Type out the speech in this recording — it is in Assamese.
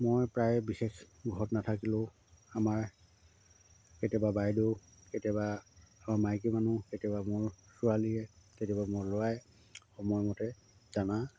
মই প্ৰায় বিশেষ ঘৰত নাথাকিলেও আমাৰ কেতিয়াবা বাইদেউ কেতিয়াবা মাইকী মানুহ কেতিয়াবা মোৰ ছোৱালীয়ে কেতিয়াবা মোৰ ল'ৰাই সময়মতে দানা